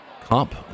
comp